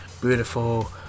beautiful